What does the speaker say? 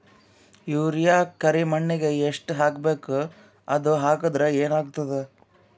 Urea ಕರಿಮಣ್ಣಿಗೆ ಎಷ್ಟ್ ಹಾಕ್ಬೇಕ್, ಅದು ಹಾಕದ್ರ ಏನ್ ಆಗ್ತಾದ?